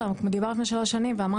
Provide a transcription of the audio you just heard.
מדובר על שלוש שנים ושוב אני אומר